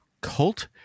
cult